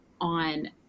on